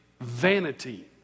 vanity